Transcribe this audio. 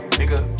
nigga